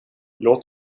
låt